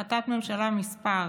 החלטת ממשלה מס'